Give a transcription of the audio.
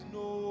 no